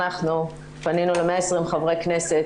אנחנו פנינו ל-120 חברי כנסת,